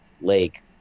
lake